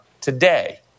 today